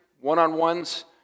one-on-ones